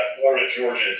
Florida-Georgia